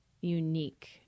unique